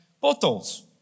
bottles